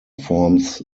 forms